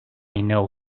know